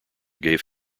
gave